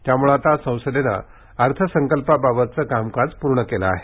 त्यामुळे आता संसदेनं अर्थसंकल्पाबाबतचं कामकाज पूर्ण केलं आहे